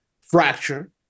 fracture